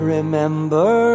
Remember